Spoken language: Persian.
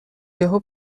یهو